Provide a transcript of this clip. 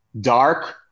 dark